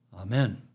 Amen